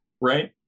right